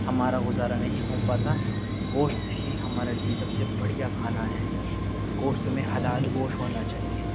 ہمارا گزارہ نہیں ہو پاتا گوشت ہی ہمارے لیے سب سے بڑھیا کھانا ہے گوشت میں حلال گوشت ہونا چاہیے